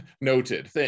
noted